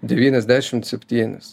devyniasdešimt septynis